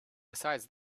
besides